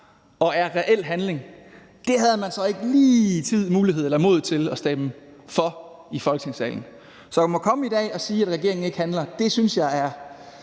som er reel handling, havde man så ikke lige mulighed for eller tid eller mod til at stemme for i Folketingssalen. Så at komme i dag at sige, at regeringen ikke handler, synes jeg er